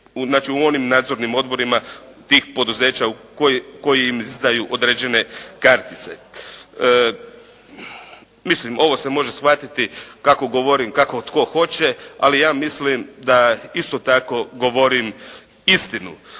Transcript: znači u onih nadzornim odborima tih poduzeća koji im izdaju određene kartice. Mislim ovo se može shvatiti kako tko hoće, ali ja mislim da isto tako govorim istinu.